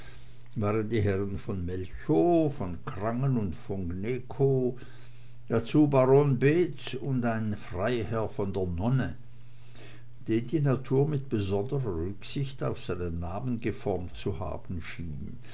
waren die herren von molchow von krangen und von gnewkow dazu baron beetz und ein freiherr von der nonne den die natur mit besonderer rücksicht auf seinen namen geformt zu haben schien